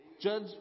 judge